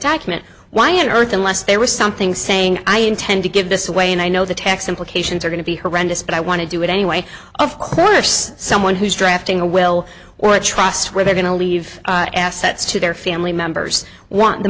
document why on earth unless there was something saying i intend to give this away and i know the tax implications are going to be horrendous but i want to do it anyway of course someone who's drafting a will or a trust where they're going to leave assets to their family members want the